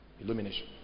illumination